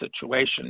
situation